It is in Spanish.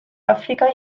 áfrica